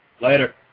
Later